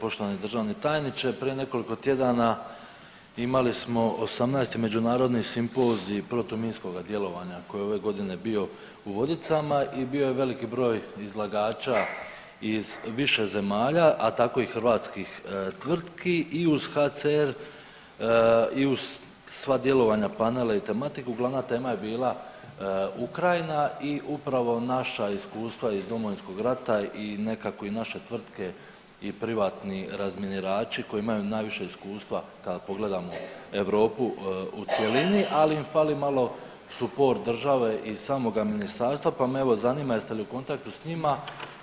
Poštovani državni tajniče, prije nekoliko tjedana imali smo 18. međunarodni simpozij protuminskoga djelovanja koji je ove godine bio u Vodicama i bio je veliki broj izlagača iz više zemalja, a tako i hrvatskih tvrtki i uz HCR i uz sva djelovanja panela i tematiku glavna tema je bila Ukrajina i upravo naša iskustva iz Domovinskog rata i nekako i naše tvrtke i privatni razminirači koji imaju najviše iskustva kad pogledamo Europu u cjelini, ali im fali malo suport države i samoga ministarstva pa me evo zanima jeste li u kontaktu s njima